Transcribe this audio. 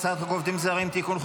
הצעת חוק עובדים זרים (תיקון,